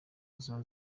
uzaza